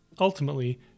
Ultimately